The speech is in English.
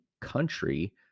country